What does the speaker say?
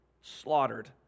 slaughtered